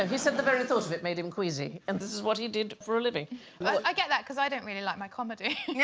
and he said the very thought of it made him queasy and this is what he did for a living i get that because i don't really like my comedy yeah